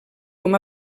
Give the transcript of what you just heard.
com